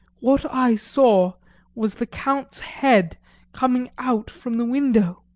what i saw was the count's head coming out from the window.